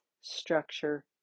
structure